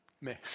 miss